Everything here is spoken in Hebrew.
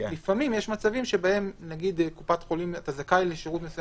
לפעמים יש מצבים שאתה זכאי לשירות מסוים